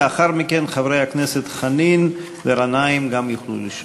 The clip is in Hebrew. לאחר מכן, חברי הכנסת חנין וגנאים גם יוכלו לשאול.